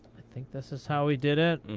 i think this is how he did it.